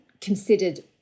considered